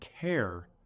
care